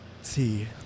See